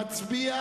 מצביע